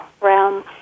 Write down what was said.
realm